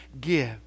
give